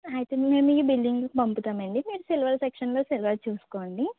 అయితే మేము ఇవి బిల్లింగ్కి పంపుతామండి మీరు సిల్వర్ సెక్షన్లో సిల్వర్ చూసుకోండి